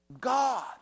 God